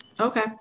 okay